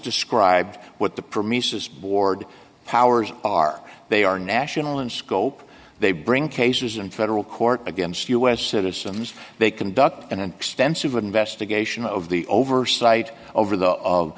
described what the premise is board powers are they are national in scope they bring cases in federal court against u s citizens they conduct an extensive investigation of the oversight over the of